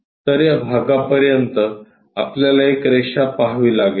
तर या भागापर्यंत आपल्याला एक रेषा पहावी लागेल